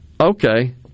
Okay